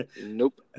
Nope